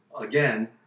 again